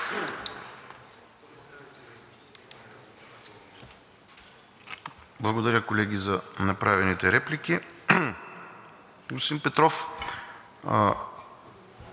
Благодаря, колеги, за направените реплики.